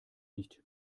nicht